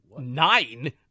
Nine